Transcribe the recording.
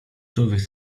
człowiek